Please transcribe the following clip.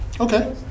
Okay